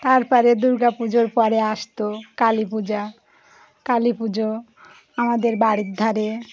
তার পরে দুর্গাপুজোর পরে আসত কালীপূজা কালীপুজো আমাদের বাড়ির ধারে